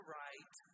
right